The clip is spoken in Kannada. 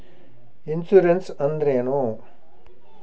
ಇನ್ಸುರೆನ್ಸ್ ಅಂದ್ರೇನು?